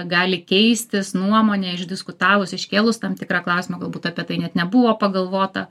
gali keistis nuomonė išdiskutavus iškėlus tam tikrą klausimą galbūt apie tai net nebuvo pagalvota